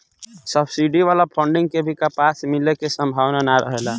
subsidy वाला funding के भी वापस मिले के सम्भावना ना रहेला